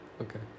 Okay